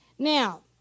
Now